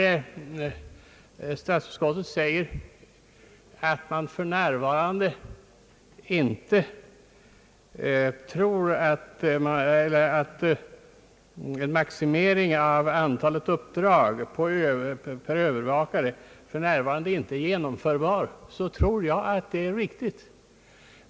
När statsutskottet framhåller att man för närvarande inte tror att maximering av antalet uppdrag per övervakare är genomförbar, är det också enligt min mening riktigt.